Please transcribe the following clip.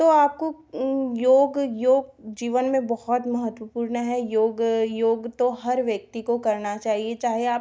तो आपको योग योग जीवन में बहुत महत्वपूर्ण है योग योग तो हर व्यक्ति को करना चाहिए चाहे आप